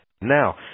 Now